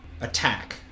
attack